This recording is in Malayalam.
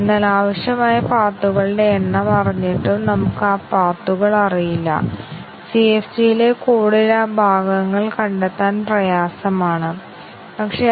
അതിനാൽ ഈ കണ്ടീഷണൽ എക്സ്പ്രെനിലെ മൂന്ന് ബേസിക് വ്യവസ്ഥകൾ ഉൾക്കൊള്ളുന്ന കുറച്ചുകൂടി സങ്കീർണ്ണമായ ഉദാഹരണമാണ് ഇവിടെ